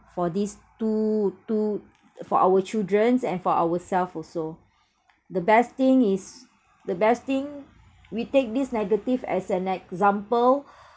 for this to to for our childrens and for ourself also the best thing is the best thing we take this negative as an example